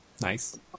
Nice